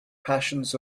passions